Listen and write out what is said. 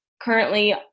currently